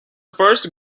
first